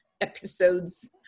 episodes